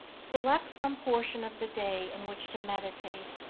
select some portion of the day in which to meditate,